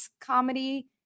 comedy